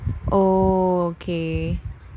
oh okay